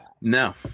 No